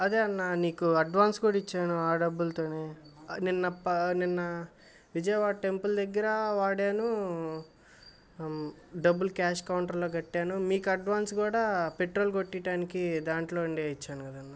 అదే అన్నా నీకు అడ్వాన్స్ కూడా ఇచ్చాను ఆ డబ్బులతోనే నిన్న పర్ నిన్న విజయవాడ టెంపుల్ దగ్గరా వాడాను డబ్బులు కాష్ కౌంటర్లో కట్టాను మీకు అడ్వాన్స్ కూడా పెట్రోల్ కొట్టీట్టానికి దాంట్లో నుండే ఇచ్చాను కదన్నా